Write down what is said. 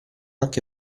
anche